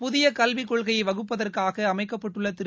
புதியக் கல்விக் கொள்கையை வகுப்பதற்காக அமைக்கப்பட்டுள்ள திரு